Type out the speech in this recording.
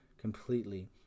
completely